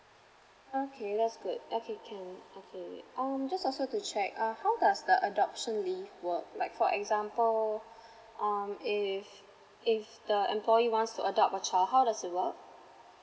okay that's good okay can okay um just also to check uh how does the adoption leave work like for example um if if the employee wants to adopt a child how does it work